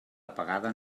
apagada